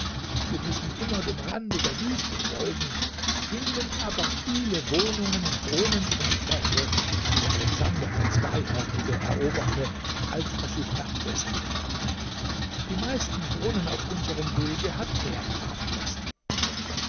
wir müssen immer dem rande der wüste folgen finden aber viele wohnungen brunnen und bäche die alexander der zweihörnige eroberte als er sich nach westen wandte die meisten brunnen auf unserem wege hat er graben lassen